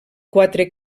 quatre